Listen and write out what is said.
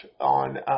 on